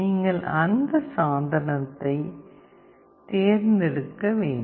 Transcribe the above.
நீங்கள் அந்த சாதனத்தை தேர்ந்தெடுக்க வேண்டும்